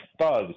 thugs